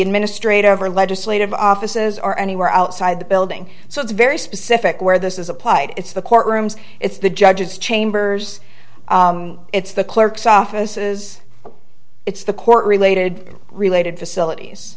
administrative or legislative offices are anywhere outside the building so it's very specific where this is applied it's the courtrooms it's the judge's chambers it's the clerk's offices it's the court related related facilities